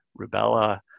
rubella